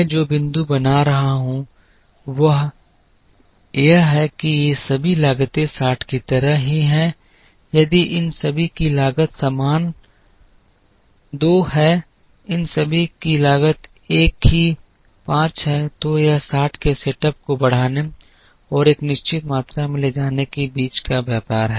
मैं जो बिंदु बना रहा हूं वह यह है कि ये सभी लागतें ६० की तरह ही हैं यदि इन सभी की लागत समान २ हैं इन सभी की लागत एक ही ५ है तो यह ६० के सेटअप को बढ़ाने और एक निश्चित मात्रा में ले जाने के बीच का व्यापार है